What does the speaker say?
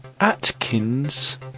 Atkins